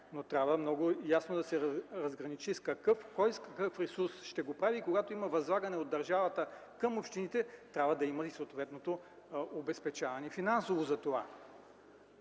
но трябва много ясно да се разграничи кой с какъв ресурс ще го прави и когато има възлагане от държавата към общините, трябва да има и съответното финансово обезпечаване за това.